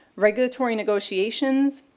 regulatory negotiations,